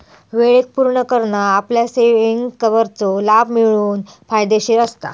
वेळेक पुर्ण करना आपल्या सेविंगवरचो लाभ मिळवूक फायदेशीर असता